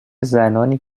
زنانی